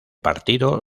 partido